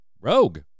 rogue